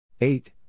Eight